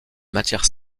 matière